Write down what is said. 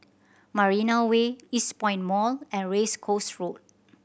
Marina Way Eastpoint Mall and Race Course Road